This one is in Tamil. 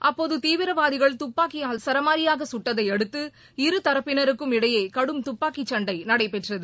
அப்போது தீவிரவாதிகள் துப்பாக்கியால் சரமாரியாக குட்டதையடுத்து இரு தரப்பினருக்கும் இடையே கடும் துப்பாக்கிச் சண்டை நடைபெற்றது